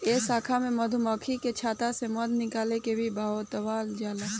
ए शाखा में मधुमक्खी के छता से मध निकाले के भी बतावल जाला